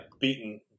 beaten